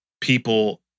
people